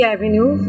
Avenue